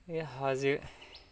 बे हाजो